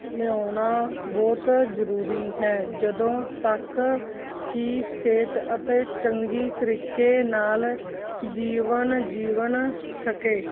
ਲਿਆਉਣਾ ਬਹੁਤ ਜ਼ਰੂਰੀ ਹੈ ਜਦੋਂ ਤੱਕ ਕਿ ਸਿਹਤ ਅਤੇ ਚੰਗੀ ਤਰੀਕੇ ਨਾਲ ਜੀਵਨ ਜੀਵਨ ਸਕੇ